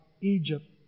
Egypt